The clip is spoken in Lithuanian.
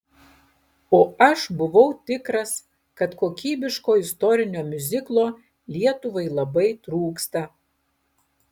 o aš buvau tikras kad kokybiško istorinio miuziklo lietuvai labai trūksta